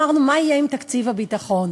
ואמרנו: מה יהיה עם תקציב הביטחון?